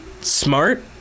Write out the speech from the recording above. smart